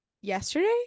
yesterday